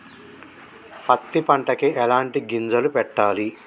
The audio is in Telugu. పత్తి పంటకి ఎలాంటి గింజలు పెట్టాలి?